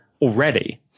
already